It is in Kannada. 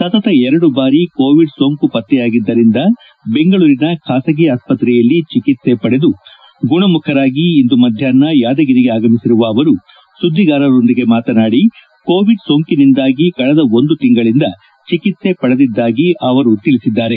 ಸತತ ಎರಡು ಬಾರಿ ಕೋವಿಡ್ ಸೋಂಕು ಪತ್ತೆಯಾಗಿದ್ದರಿಂದ ಬೆಂಗಳೂರಿನ ಖಾಸಗಿ ಆಸ್ಪತ್ತೆಯಲ್ಲಿ ಚಿಕಿತ್ತೆ ಪಡೆದು ಗುಣಮುಖರಾಗಿ ಇಂದು ಮಧ್ಯಾಪ್ನ ಯಾದಗಿರಿಗೆ ಆಗಮಿಸಿರುವ ಅವರು ಸುದ್ದಿಗಾರರೊಂದಿಗೆ ಮಾತನಾಡಿ ಕೋವಿಡ್ ಸೋಂಕಿನಿಂದಾಗಿ ಕಳೆದ ಒಂದು ತಿಂಗಳನಿಂದ ಚಿಕಿತ್ಸೆ ಪಡೆದಿದ್ದಾಗಿ ಅವರು ತಿಳಿಸಿದ್ದಾರೆ